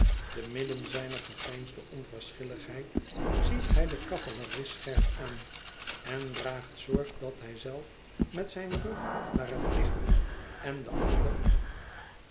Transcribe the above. te midden zijner geveinsde onverschilligheid ziet hij den cavalerist scherp aan en draagt zorg dat hij zelf met zijn rug naar het licht en de ander